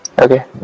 okay